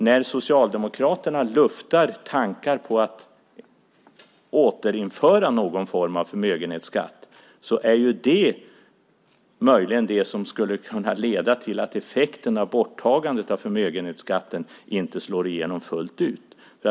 När Socialdemokraterna luftar tankar på att återinföra någon form av förmögenhetsskatt är det möjligen det som skulle kunna leda till att effekten av borttagandet av förmögenhetsskatten inte slår igenom fullt ut.